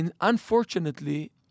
unfortunately